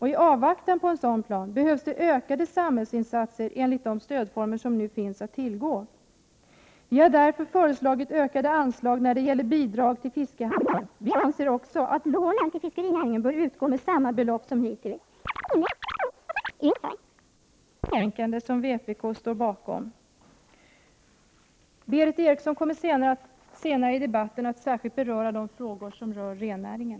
I avvaktan på en sådan plan behövs det ökade samhällsinsatser enligt de stödformer som nu finns att tillgå. Vi har därför föreslagit ökade anslag när det gäller bidrag till fiskehamnar. Vi anser också att lånen till fiskerinäringen bör utgå med samma belopp som hittills. Vi anser vidare att en särskild fond bör inrättas för att garantera fiskarna kompensation då kraftiga miljöstörningar inträffar. Vi anser slutligen att anslaget till fiskevård bör räknas upp med 3 milj.kr. med tanke på det stora rekreationsvärde och den omfattning sportfisket har. Därmed, herr talman, yrkar jag bifall till samtliga reservationer som vpk står bakom i detta betänkande. Berith Eriksson kommer senare i debatten att särskilt ta upp de frågor som berör rennäringen.